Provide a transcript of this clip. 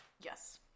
Yes